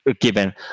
given